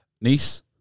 Nice